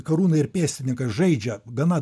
karūną ir pėstininką žaidžia gana